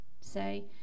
say